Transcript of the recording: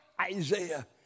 Isaiah